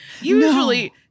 Usually